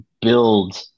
build